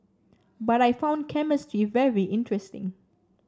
but I found chemistry very interesting